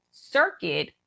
circuit